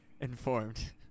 informed